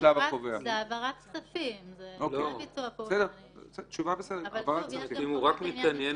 יכול להיות שיש לו פטור שם בחוק הפיקוח אם הוא רק מזרים כספים.